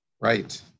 Right